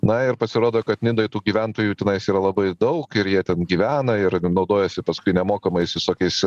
na ir pasirodo kad nidoj tų gyventojų tenais yra labai daug ir jie ten gyvena ir naudojasi paskui nemokamais visokiais